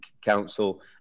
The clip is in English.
Council